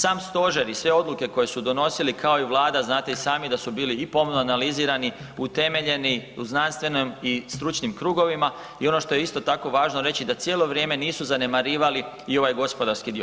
Sam stožer i sve odluke koje su donosili kao i Vlade znate i sami da su bili i pomno analizirani, utemeljeni u znanstvenim i stručnim krugovima i ono što je isto tako važno reći da cijelo vrijeme nisu zanemarivali i ovaj gospodarski dio.